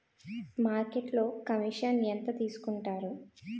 మార్కెట్లో కమిషన్ ఎంత తీసుకొంటారు?